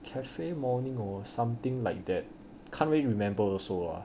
cafe morning or something like that can't really remember also